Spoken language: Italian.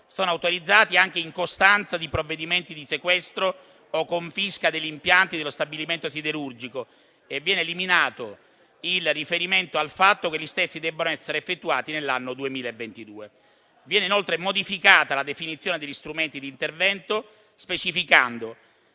sono autorizzati anche in costanza di provvedimenti di sequestro o confisca degli impianti dello stabilimento siderurgico e viene eliminato il riferimento al fatto che gli stessi debbano essere effettuati nell'anno 2022. Viene inoltre modificata la definizione degli strumenti di intervento, specificando